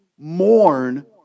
mourn